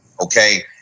okay